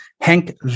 Hank